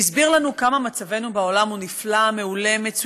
והסביר לנו כמה מצבנו בעולם נפלא, מעולה, מצוין,